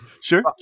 Sure